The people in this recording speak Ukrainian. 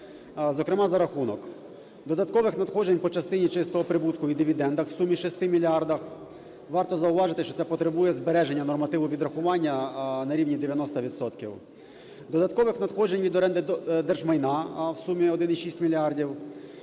зокрема, за рахунок: додаткових надходжень по частині чистого прибутку і дивідендах в сумі 6 мільярдів. Варто зауважити, що це потребує збереження нормативу відрахування на рівні 90 відсотків. Додаткових надходжень від оренди держмайна в сумі 1,6 мільярда,